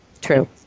True